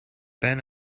been